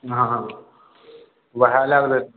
हाँ हाँ उएह लए गेलै